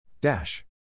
Dash